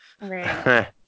Right